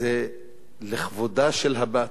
זה לכבודה של הבת,